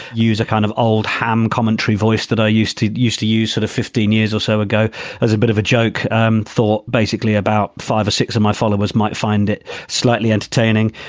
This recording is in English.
use a kind of old ham commentary voice that i used to used to use at a fifteen years or so ago as a bit of a joke um thought basically about five or six of my followers might find it slightly entertaining.